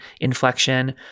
inflection